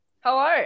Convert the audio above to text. Hello